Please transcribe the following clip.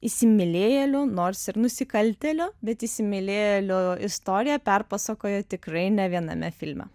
įsimylėjėlių nors ir nusikaltėlių bet įsimylėjėlių istoriją perpasakojo tikrai ne viename filme